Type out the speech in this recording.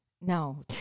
no